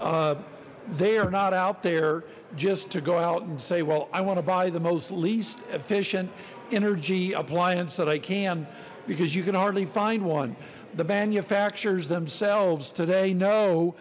refrigerator they are not out there just to go out and say well i want to buy the most least efficient energy appliance that i can because you can hardly find one the manufacturers themselves today kno